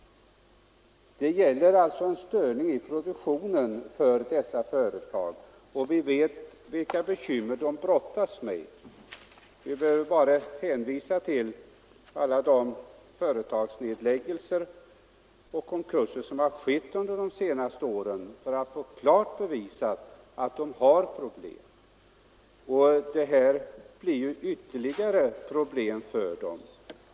Det blir alltså en störning i produktionen hos dessa företag, och vi vet vilka bekymmer de redan förut brottas med. Vi behöver bara hänvisa till alla de företagsnedläggelser och konkurser som inträffat under det senaste året för att få klart bevisat att dessa företag har problem, och den här lagen medför ytterligare problem för dem.